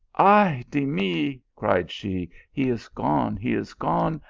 ay di mi! cried she, he is gone! he is gone!